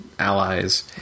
allies